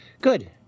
Good